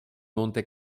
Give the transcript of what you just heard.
monte